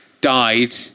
died